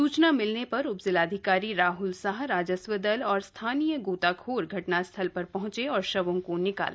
सूचना मिलने पर उप जिलाधिकारी राह्ल साह राजस्व दल और स्थानीय गोताखोर घटनास्थल पर पहुंचे और शवों को निकाला